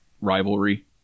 rivalry